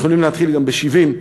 הם יכולים להתחיל גם ב-70.